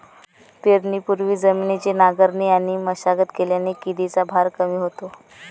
पेरणीपूर्वी जमिनीची नांगरणी आणि मशागत केल्याने किडीचा भार कमी होतो